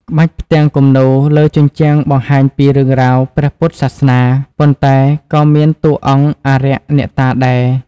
ក្បាច់ផ្ទាំងគំនូរ លើជញ្ជាំងបង្ហាញពីរឿងរ៉ាវព្រះពុទ្ធសាសនា ប៉ុន្តែក៏មានតួអង្គអារក្សអ្នកតាដែរ។